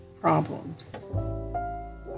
problems